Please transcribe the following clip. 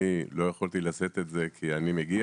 אני לא יכולתי לשאת את זה כי אני מגיע